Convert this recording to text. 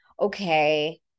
okay